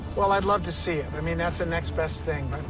well, i'd love to see it. i mean, that's the next best thing,